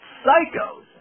psychos